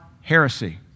heresy